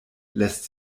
lässt